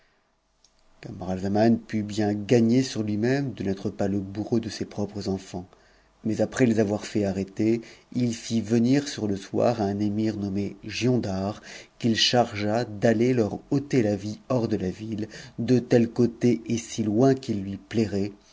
camaralzaman put bien gagner sur lui-même de n'être pas le bourreau de ses propres enfants mais après les avoir fait arrêter il fit venir sur le soir un émir nommé giondar qu'il chargea d'aller leur ôter la vie hors de la ville de tel côté et si loin qu'il lui plairait